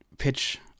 pitch